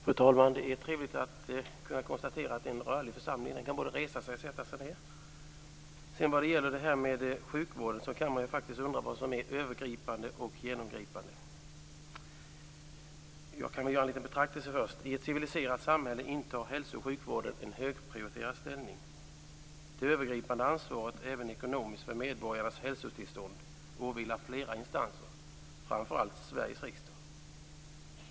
Fru talman! Det är trevligt att kunna konstatera att det är en rörlig församling. Den kan både resa sig och sätta sig ned. Vad det gäller sjukvården kan man undra vad som är övergripande och vad som är genomgripande. Jag vill först göra en liten betraktelse. I ett civiliserat samhälle intar hälso och sjukvården en högprioriterad ställning. Det övergripande ansvaret, även ekonomiskt, för medborgarnas hälsotillstånd åvilar flera instanser, framför allt Sveriges riksdag.